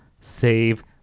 save